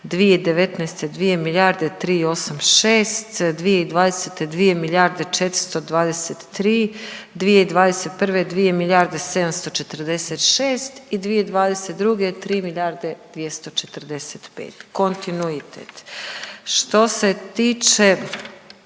2019. 2 milijarde 386, 2020. 2 milijarde 423, 2021. 2 milijarde 746 i 2022. 3 milijarde 245, kontinuitet. Što se tiče